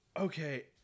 Okay